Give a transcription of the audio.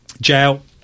Jail